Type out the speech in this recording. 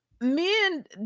men